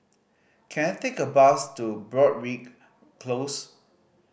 can I take a bus to Broadrick Close